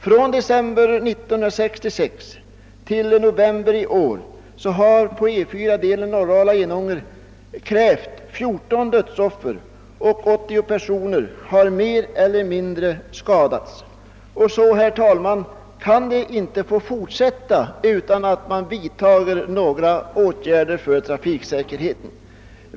Från december 1966 till november i år har det på E 4 mellan Norrala och Enånger krävts 14 dödsoffer och 80 personer har skadats mer eller mindre. Herr talman! Det kan inte få fortsätta på detta sätt utan att man vidtar åtgärder för ökad trafiksäkerhet.